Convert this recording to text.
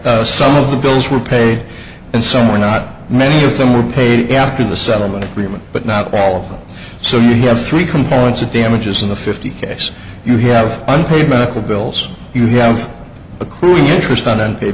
that some of the bills were paid and some were not many of them were paid after the settlement agreement but not all of them so you have three components of damages in a fifty case you have unpaid medical bills you have accrued interest on unpa